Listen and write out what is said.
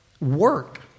work